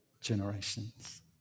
generations